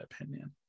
opinion